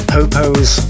Popo's